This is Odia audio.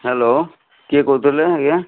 ହ୍ୟାଲୋ କିଏ କହୁଥିଲେ ଆଜ୍ଞା